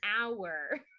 hour